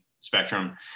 spectrum